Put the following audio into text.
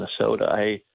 Minnesota